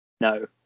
No